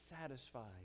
satisfied